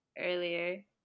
earlier